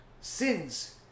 sins